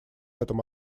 этом